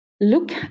Look